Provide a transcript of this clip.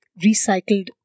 recycled